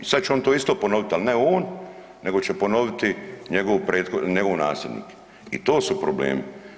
I sad će on to isto ponoviti, ali ne on nego će ponoviti njegov nasljednik i to su problemi.